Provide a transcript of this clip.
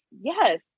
Yes